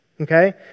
Okay